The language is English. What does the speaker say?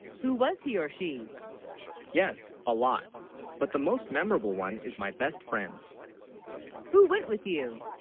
who, was he or she yes a lot but the most memorable one is my best friends who went with you